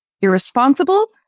irresponsible